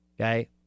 Okay